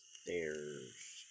stairs